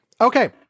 Okay